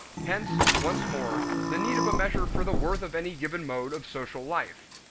hence, once more, the need of a measure for the worth of any given mode of social life.